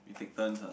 we take turns ah